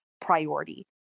priority